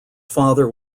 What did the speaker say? father